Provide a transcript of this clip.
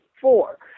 Four